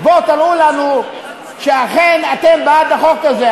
אז בואו, תראו לנו שאכן אתם בעד החוק הזה.